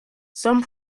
some